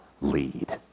lead